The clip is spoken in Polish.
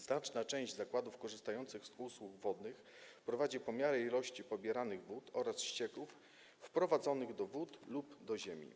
Znaczna część zakładów korzystających z usług wodnych prowadzi pomiary ilości pobieranych wód oraz ścieków wprowadzanych do wód lub do ziemi.